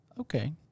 Okay